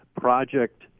Project